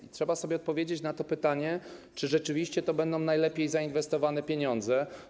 I trzeba sobie odpowiedzieć na pytanie, czy rzeczywiście to będą najlepiej zainwestowane pieniądze.